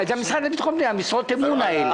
המשרד לביטחון פנים, משרות האמון האלה.